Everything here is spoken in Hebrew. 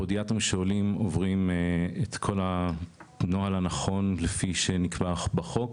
הפודיאטרים העולים עוברים את כל הנוהל הנכון שנקבע בחוק,